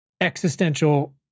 existential